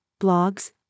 blogs